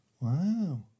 Wow